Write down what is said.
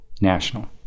national